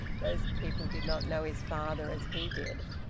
those people did not know his father as he did.